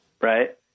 right